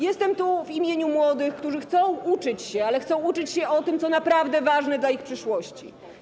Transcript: Jestem tu w imieniu młodych, którzy chcą uczyć się, ale chcą uczyć się o tym, co naprawdę ważne dla ich przyszłości.